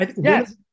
Yes